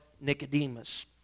nicodemus